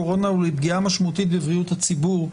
הקורונה ולפגיעה משמעותית בבריאות הציבור,